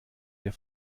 der